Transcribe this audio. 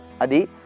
Adi